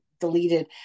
deleted